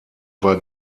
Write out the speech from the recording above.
war